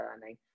learning